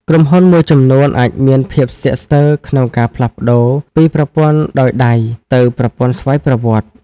ក្រុមហ៊ុនមួយចំនួនអាចមានភាពស្ទាក់ស្ទើរក្នុងការផ្លាស់ប្តូរពីប្រព័ន្ធដោយដៃទៅប្រព័ន្ធស្វ័យប្រវត្តិកម្ម។